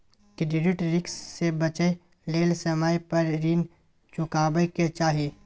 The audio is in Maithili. क्रेडिट रिस्क से बचइ लेल समय पर रीन चुकाबै के चाही